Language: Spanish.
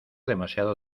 demasiado